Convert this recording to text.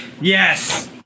yes